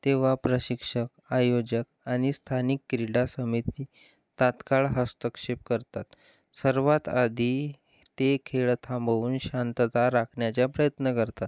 तेव्हा प्रशिक्षक आयोजक आणि स्थानिक क्रीडा समिती तात्काळ हस्तक्षेप करतात सर्वात आधी ते खेळ थांबवून शांतता राखण्याचा प्रयत्न करतात